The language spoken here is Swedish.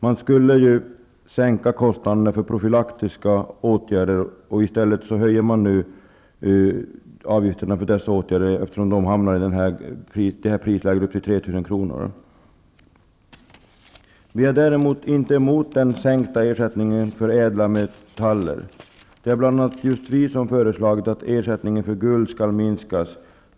Man skulle ju sänka kostnaderna för profylaxiska åtgärder, men i stället höjer man nu avgifterna för dessa åtgärder, eftersom de hamnar i prisläget upp till 3 000 kr. Vi är däremot inte emot den sänkta ersättningen för ädla metaller. Det är just vi som har föreslagit att ersättningen för guld skall minskas.